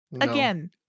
again